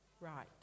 right